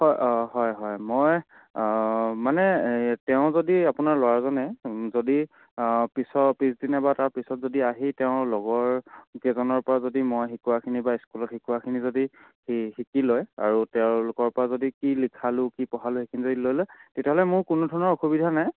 হয় হয় হয় মই মানে এই তেওঁ যদি আপোনাৰ ল'ৰাজনে যদি পিছত পিছদিনা বা তাৰপিছত যদি আহি তেওঁৰ লগৰ কেইজনৰপৰা যদি মই শিকোৱাখিনি বা ইস্কুলত শিকোৱাখিনি যদি সি শিকি লয় আৰু তেওঁৰলোকৰপৰা যদি কি লিখালো কি পঢ়ালো সেইখিনি লৈ লয় তেতিয়াহ'লে মোৰ কোনো ধৰণৰ অসুবিধা নাই